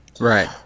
Right